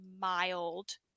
mild